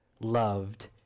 loved